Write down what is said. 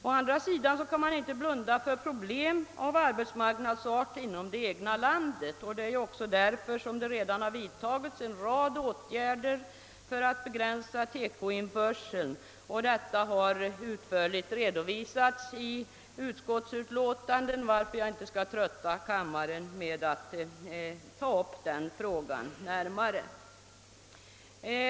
Å andra sidan får man inte blunda för problem av arbetsmarknadsart inom det egna landet. Det är också därför som man redan har vidtagit en rad åtgärder för att begränsa TEKO-införseln. Detta har utförligt redovisats i utskottsutlåtandet, varför jag inte skall trötta kammaren med att ta upp den frågan närmare.